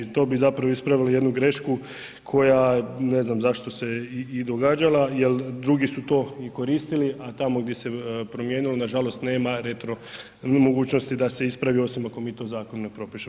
To bi zapravo ispravilo jednu grešku koja ne znam zašto se i događala jer drugi su to i koristili a tamo gdje se promijenilo nažalost nema retro mogućnosti da se ispravi osim ako mi to zakonom ne propišemo.